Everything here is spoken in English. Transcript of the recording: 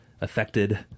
affected